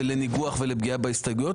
לניגוח ולפגיעה בהסתייגויות.